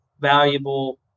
valuable